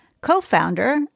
co-founder